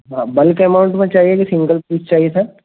हाँ bulk amount में चाहिये कि सिंगल पीस चाहिए था